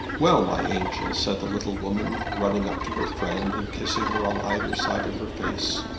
well, my angel, said the little woman, running up to her friend and kissing her on either side of her face.